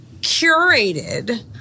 curated